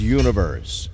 universe